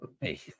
Hey